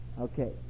Okay